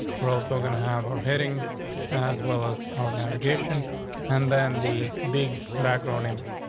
we're also gonna have our headings as well as our navigation and then the big background image.